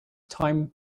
time